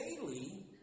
daily